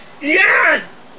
Yes